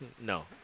No